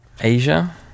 Asia